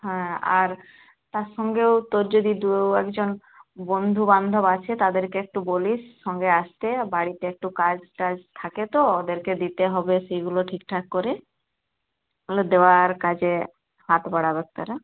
হ্যাঁ আর তার সঙ্গেও তোর যদি দু একজন বন্ধুবান্ধব আছে তাদেরকে একটু বলিস সঙ্গে আসতে বাড়িতে একটু কাজটাজ থাকে তো ওদেরকে দিতে হবে সেগুলো ঠিকঠাক করে ওগুলো দেওয়ার কাজে হাত বাড়াবে তারা